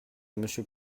monsieur